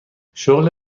شغل